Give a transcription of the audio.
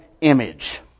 image